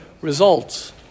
results